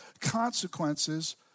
consequences